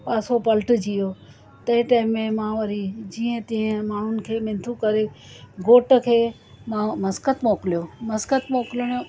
पासो पलटिजी वियो ते टाइम में मां वरी जीअं तीअं माण्हुनि खे मिंथू करे घोट खे मां मस्कत मोकिलियो मस्कत मोकिलिण